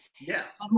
Yes